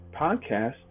podcast